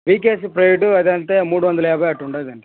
వికేసి Pride అది అంతే మూడు వందల యాభై అటు ఉంది అండి